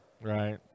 Right